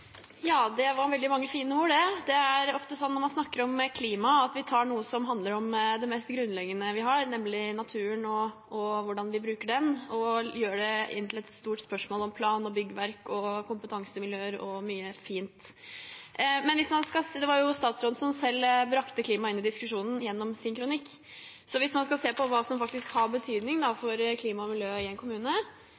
Det var veldig mange fine ord. Det er ofte sånn når man snakker om klima, at vi tar noe som handler om det mest grunnleggende vi har, nemlig naturen og hvordan vi bruker den, og gjør det til et stort spørsmål om plan, byggverk, kompetansemiljøer og mye fint. Men det var jo statsråden som selv brakte klima inn i diskusjonen gjennom sin kronikk, så hvis man skal se på hva som faktisk har betydning